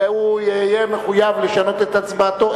והוא יהיה מחויב לשנות את הצבעתו.